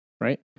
Right